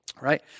right